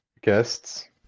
guests